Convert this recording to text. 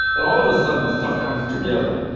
and all of a sudden stuff comes together,